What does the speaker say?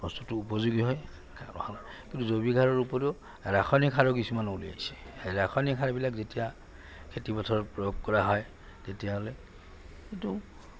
বস্তুটো উপযোগী হয় কিন্তু জৈৱিক সাৰৰ উপৰিও ৰাসায়নিক সাৰো কিছুমান উলিয়াইছে ৰাসায়নিক সাৰবিলাক যেতিয়া খেতি পথাৰত প্ৰয়োগ কৰা হয় তেতিয়াহ'লে কিন্তু